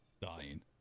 dying